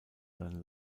seine